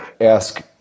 ask